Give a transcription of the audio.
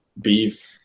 beef